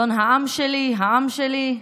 אדון "העם שלי", "העם שלי",